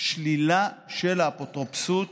שלילה של האפוטרופסות